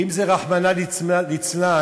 ואם, רחמנא ליצלן,